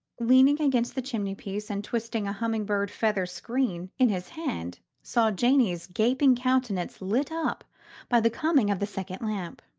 leaning against the chimney-place and twisting a humming-bird-feather screen in his hand, saw janey's gaping countenance lit up by the coming of the second lamp.